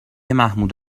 محمود